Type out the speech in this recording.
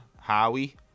Howie